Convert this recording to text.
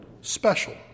special